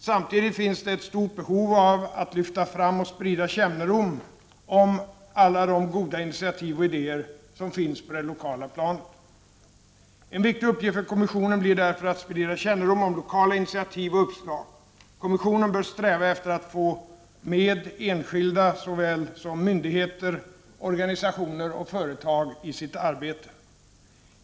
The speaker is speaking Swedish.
Samtidigt finns det ett stort behov av att lyfta fram och sprida kännedom om alla de goda initiativ och idéer som finns på det lokala planet. En viktig uppgift för kommissionen blir därför att sprida kännedom om lokala initiativ och uppslag. Kommissionen bör sträva efter att få med enskilda såväl som myndigheter, organisationer och företag i sitt arbete.